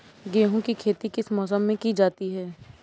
गेहूँ की खेती किस मौसम में की जाती है?